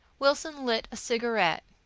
wilson lit a cigarette.